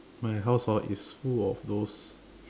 my house orh is full of those